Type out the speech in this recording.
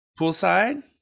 poolside